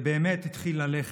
ובאמת התחיל ללכת.